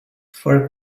for